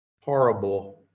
horrible